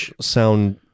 sound